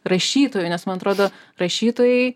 rašytojų nes man trodo rašytojai